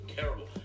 terrible